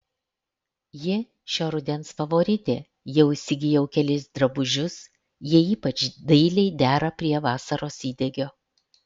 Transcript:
ji šio rudens favoritė jau įsigijau kelis drabužius jie ypač dailiai dera prie vasaros įdegio